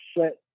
set